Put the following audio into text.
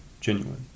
Genuine